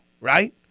right